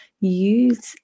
use